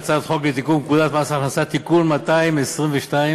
הצעת חוק לתיקון פקודת מס הכנסה (מס' 222